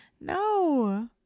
no